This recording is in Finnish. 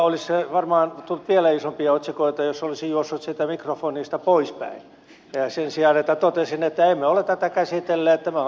olisi varmaan tullut vielä isompia otsikoita jos olisin juossut siitä mikrofonista poispäin sen sijaan että totesin että emme ole tätä käsitelleet tämä on virkamiesten työtä